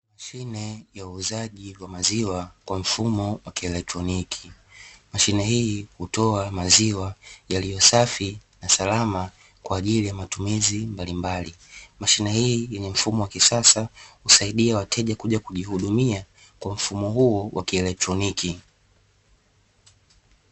Mashine ya uuzaji wa maziwa kwa mfumo wa kielektroniki. Mashine hii hutoa maziwa yaliyo safi na salama kwa ajili ya matumizi mbalimbali. Mashine hii yenye mfumo wa kisasa husaidia wateja kuja kujihudumia kwa mfumo huo wa kielektroniki.